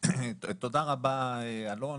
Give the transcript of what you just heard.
תודה רבה, אלון.